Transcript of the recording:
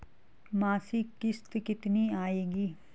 मासिक किश्त कितनी आएगी?